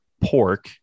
pork